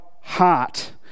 heart